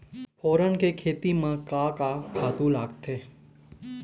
फोरन के खेती म का का खातू लागथे?